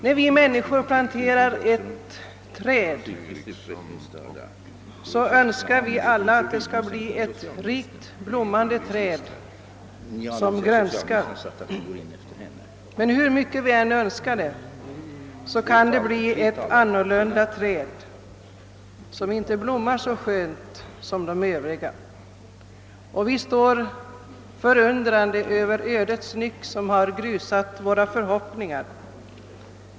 När vi människor planterar ett träd, önskar vi alla att det skall bli ett rikt blommande träd som grönskar. Men hur mycket vi än önskar detta, kan det bli ett annorlunda träd, som inte blommar så skönt som de övriga. Vi står förundrade inför den ödets nyck som har grusat våra förhoppningar.